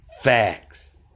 Facts